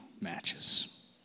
matches